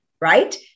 right